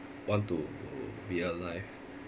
want to be alive